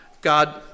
God